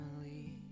family